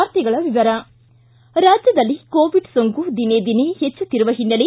ವಾರ್ತೆಗಳ ವಿವರ ರಾಜ್ಞದಲ್ಲಿ ಕೋವಿಡ್ ಸೋಂಕು ದಿನೇ ದಿನೇ ಹೆಚ್ಚುತ್ತಿರುವ ಹಿನ್ನೆಲೆ